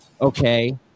okay